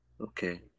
Okay